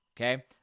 Okay